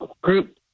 group